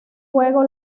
juego